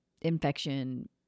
infection